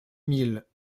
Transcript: mille